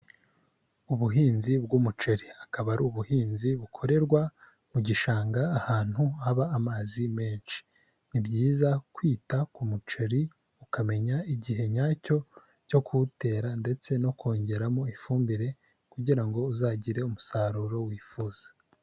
Ubuhinzi bw'umuceri, akaba ari ubuhinzi bukorerwa mu gishanga ahantu haba amazi menshi, ni byiza kwita ku muceri ukamenya igihe nyacyo cyo kuwutera ndetse no kongeramo ifumbire, kugira ngo uzagire umusaruro wifuza.